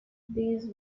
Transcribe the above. these